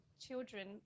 children